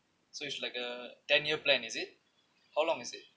so it's like a ten year plan is it how long is it